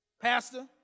Pastor